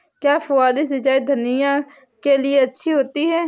क्या फुहारी सिंचाई धनिया के लिए अच्छी होती है?